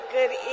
Good